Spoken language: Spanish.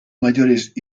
mayores